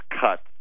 cuts